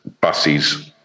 buses